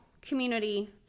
community